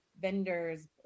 vendors